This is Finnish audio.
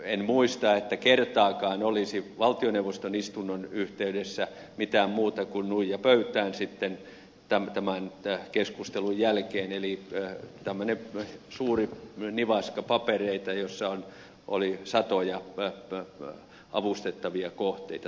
en muista että kertaakaan olisi valtioneuvoston istunnon yhteydessä mitään muuta kuin nuija pöytään sitten tämän keskustelun jälkeen eli tämmöinen suuri nivaska papereita joissa oli satoja avustettavia kohteita